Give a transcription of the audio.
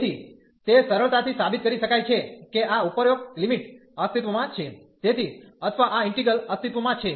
તેથી તે સરળતાથી સાબિત કરી શકાય છે કે આ ઉપરોક્ત લિમિટ અસ્તિત્વમાં છે તેથી અથવા આ ઈન્ટિગ્રલ અસ્તિત્વમાં છે